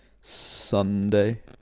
sunday